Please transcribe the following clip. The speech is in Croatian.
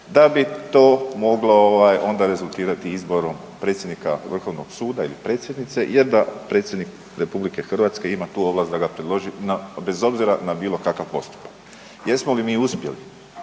da bi to moglo onda rezultirati izborom predsjednika Vrhovnog suda ili predsjednice je da Predsjednik RH ima tu ovlast da ga predloži bez obzira na bilokakav postupak. Jesmo li mi uspjeli